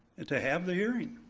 and to have the hearing.